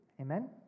amen